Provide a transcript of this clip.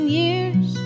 years